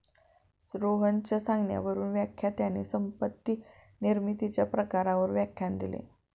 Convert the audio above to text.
रोहनच्या सांगण्यावरून व्याख्यात्याने संपत्ती निर्मितीच्या प्रकारांवर व्याख्यान दिले